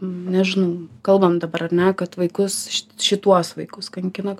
nežinau kalbam dabar ar ne kad vaikus šituos vaikus kankina